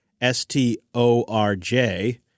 S-T-O-R-J